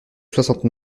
soixante